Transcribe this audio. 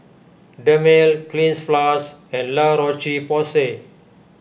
Dermale Cleanz Plus and La Roche Porsay